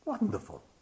Wonderful